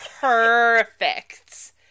perfect